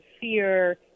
fear